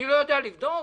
אני לא יודע לבדוק?